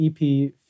EP